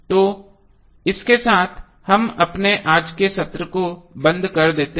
तो इसके साथ हम अपने आज के सत्र को बंद कर देते हैं